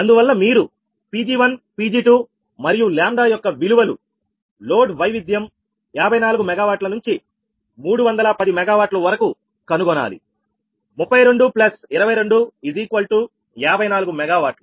అందువల్ల మీరు Pg1 Pg2 మరియు λ యొక్క విలువలులోడ్ వైవిద్యం 54 MW నుంచి 310 MW వరకు కనుగొనాలి32 22 54 MW